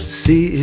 see